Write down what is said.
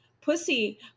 Pussy